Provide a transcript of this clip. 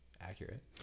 accurate